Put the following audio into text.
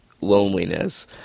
loneliness